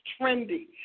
trendy